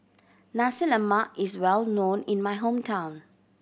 Nasi Lemak is well known in my hometown